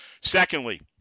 Secondly